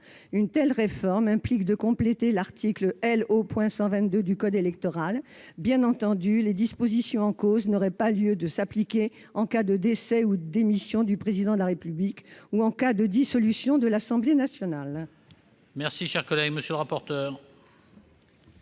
Une telle réforme implique de compléter l'article L.O. 122 du code électoral. Bien entendu, les dispositions en cause n'auraient pas lieu de s'appliquer en cas de décès ou de démission du Président de la République, ou en cas de dissolution de l'Assemblée nationale.